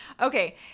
Okay